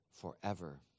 forever